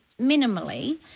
minimally